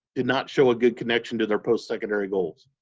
did not show a good connection to their postsecondary goals.